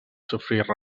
sofrir